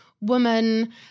woman